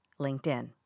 LinkedIn